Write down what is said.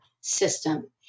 system